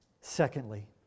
Secondly